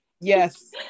Yes